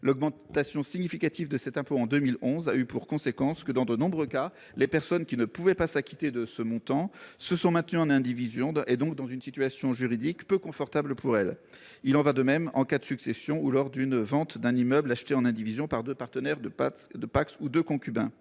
l'augmentation importante de cet impôt en 2011, dans de nombreux cas, les personnes qui ne pouvaient pas s'acquitter des droits se sont maintenues en indivision, donc dans une situation juridique peu confortable pour elles. Il en va de même en cas de succession ou lors de la vente d'un immeuble acheté en indivision par deux partenaires de PACS ou deux concubins.